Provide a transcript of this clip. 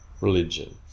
religion